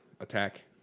attack